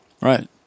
Right